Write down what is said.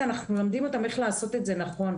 אנחנו מלמדים אותם איך לעשות את זה נכון.